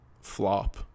flop